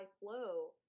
flow